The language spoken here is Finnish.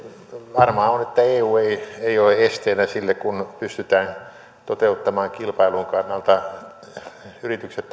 varmaa on että eu ei ole esteenä sille kun pystytään toteuttamaan kilpailun kannalta yritykset